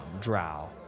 drow